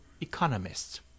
economists